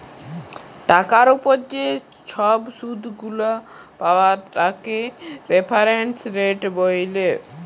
টাকার উপর যে ছব শুধ গুলা পায় তাকে রেফারেন্স রেট ব্যলে